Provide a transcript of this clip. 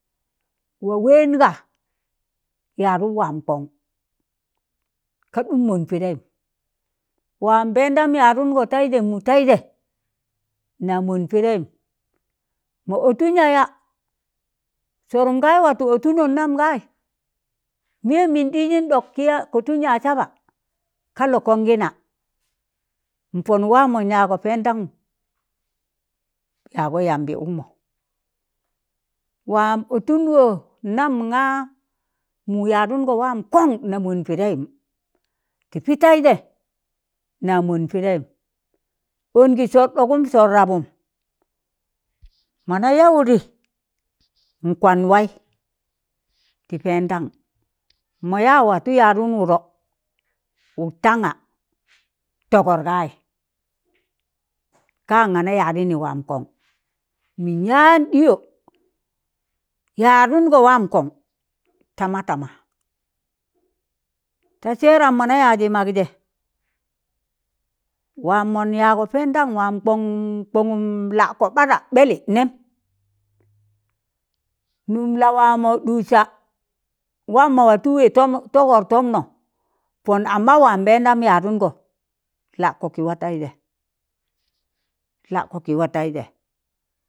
Wa wẹn ga yaduk waam kọn, ka ɗụm mọn pịdẹịm, wam mbeẹndan yadọngọ tẹịzẹ mụ taize na mọn pịdẹịm, mọ ọtụn ya ya sọrụm gaị watụ ọtụnọun nam gaị, miyem mịm ɗijin ɗok ki ya kottun yaz saba, ka lọkọn gị na, npọnụk waam mọn yagọ pẹndagụm yagọ yambị ụkmọ, waam ọtụngọ nam ga mụm yadongon wọm kọm na mọn pịdẹịm, tị pịtẹịzẹ na mụn pịdẹịm, ọnzị sọr ɗọgụm sọr rabụm, mọna ya wụdị nkwanwaị tị npẹndan mọ ya watụ yadụn wụdọ wụd tanga tọgọr gaị, kan gana yadini wam kon mịn yaan ɗịyọ yadungọ waam kọn tamatama ta sẹram mọna yazị magzẹ waam mọn ya gọ pendam wam kon- kọngụm lạko ɓada ɓeli nem num la waamo ɗusa wam mo watu wei tom- to- togor tom no pon amma waam mpendan yadungo, laɗko tị wateje ladko ti wateije.